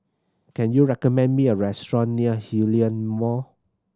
can you recommend me a restaurant near Hillion Mall